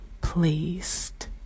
pleased